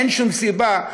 אין שום סיבה ש,